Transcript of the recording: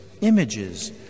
images